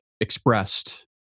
expressed